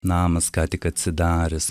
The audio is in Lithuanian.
namas ką tik atsidaręs